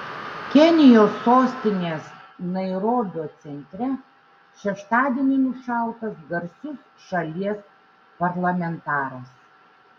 kenijos sostinės nairobio centre šeštadienį nušautas garsus šalies parlamentaras